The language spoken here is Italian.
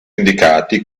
indicati